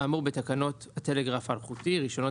האמור בתקנות הטלגרף האלחוטי (רישיונות,